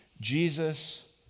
Jesus